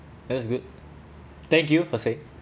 that's good thank you for say